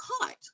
caught